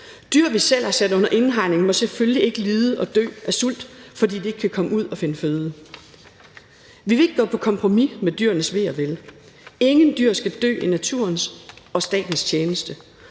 Dyr, vi selv har sat under indhegning, må selvfølgelig ikke lide og dø af sult, fordi de ikke kan komme ud og finde føde. Vi vil ikke gå på kompromis med dyrenes ve og vel, ingen dyr skal dø i naturens og statens tjeneste,